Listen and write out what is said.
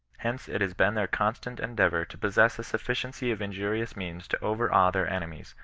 hence it has been their constant endeavour to possess a sufficiency of injurious means to overawe their enemies,